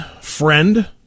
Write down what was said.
friend